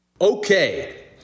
Okay